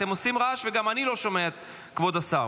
אתם עושים רעש וגם אני לא שומע את כבוד השר.